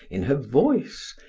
in her voice,